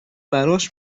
براش